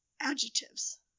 adjectives